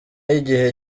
y’igihe